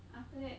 after that